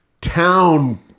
town